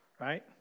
right